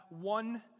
one